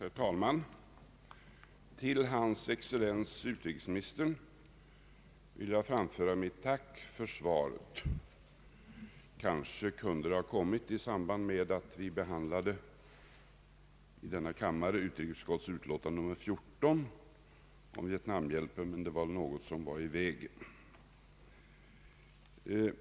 Herr talman! Till hans excellens herr utrikesministern vill jag framföra mitt tack för svaret. Kanske kunde det ha kommit i samband med att vi i denna kammare behandlade utrikesutskottets utlåtande nr 14 om Vietnamhjälpen, men det var väl något som kom i vägen.